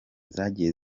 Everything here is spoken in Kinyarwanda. zagiye